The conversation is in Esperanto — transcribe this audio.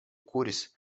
kuris